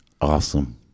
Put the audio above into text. Awesome